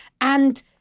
And-